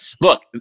Look